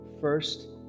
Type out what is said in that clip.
first